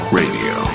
radio